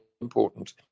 important